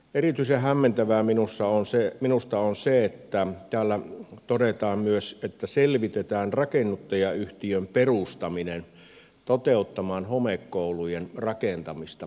erityisen hämmentävää minusta on se kun täällä todetaan myös että selvitetään rakennuttajayhtiön perustaminen toteuttamaan homekoulujen rakentamista